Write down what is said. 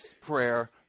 prayer